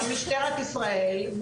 משטרת ישראל,